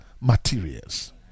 materials